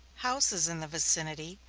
houses in the vicinity,